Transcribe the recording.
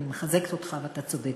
אני מחזקת אותך, ואתה צודק.